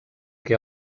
què